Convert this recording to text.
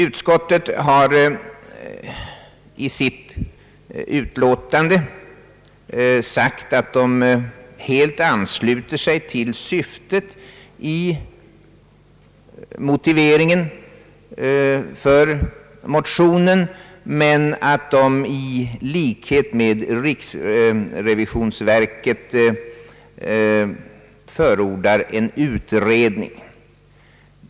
Utskottet har i sitt utlåtande anfört, att det helt ansluter sig till syftet i motiveringen för motionen men att det i likhet med riksrevisionsverket förordar en utredning.